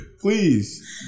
Please